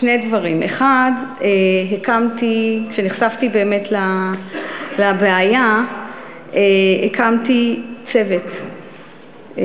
שני דברים: 1. כשנחשפתי באמת לבעיה הקמתי צוות,